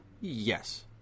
Yes